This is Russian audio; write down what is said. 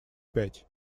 пять